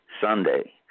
Sunday